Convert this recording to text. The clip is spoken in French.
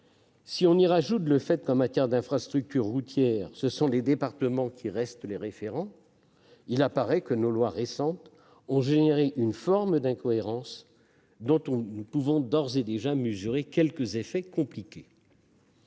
Si l'on y ajoute le fait que, en matière d'infrastructures routières, ce sont les départements qui restent les référents, il apparaît que nos lois récentes ont créé une forme d'incohérence dont nous pouvons déjà mesurer quelques effets compliqués.